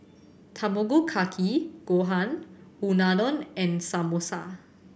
Tamago Kake Gohan Unadon and Samosa